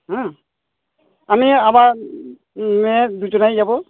হ্যাঁ আমি আমার মেয়ে দুজনেই যাব